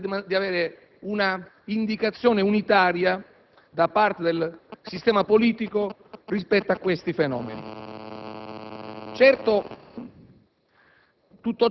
la volontà di avere una indicazione unitaria da parte del sistema politico rispetto a questi fenomeni.